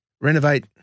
renovate